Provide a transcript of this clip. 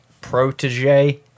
protege